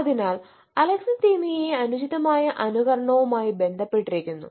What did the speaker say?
അതിനാൽ അലക്സിതിമിയയെ അനുചിതമായ അനുകരണവുമായി ബന്ധപ്പെട്ടിരിക്കുന്നു